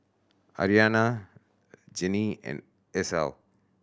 Aryanna Jeanine and Esau